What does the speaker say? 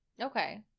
Okay